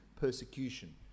persecution